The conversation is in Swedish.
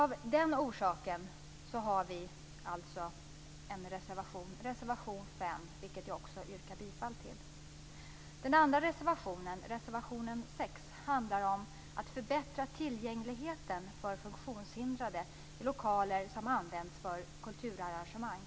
Av den orsaken har vi alltså en reservation, reservation 5, vilken jag också yrkar bifall till. Vår andra reservation, reservation 6, handlar om att förbättra tillgängligheten för funktionshindrade i lokaler som används för kulturarrangemang.